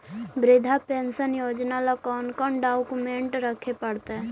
वृद्धा पेंसन योजना ल कोन कोन डाउकमेंट रखे पड़तै?